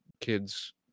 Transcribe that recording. kids